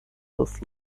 this